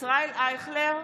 ישראל אייכלר,